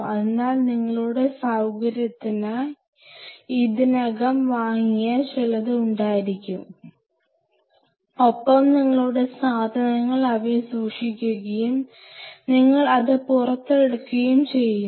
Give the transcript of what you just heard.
അതിനാൽ നിങ്ങളുടെ സൌകര്യത്തിനായി ഇതിനകം വാങ്ങിയ ചിലത് ഉണ്ടായിരിക്കാം ഒപ്പം നിങ്ങളുടെ സാധനങ്ങൾ അവയിൽ സൂക്ഷിക്കുകയും നിങ്ങൾ അത് പുറത്തെടുക്കുകയും ചെയ്യുന്നു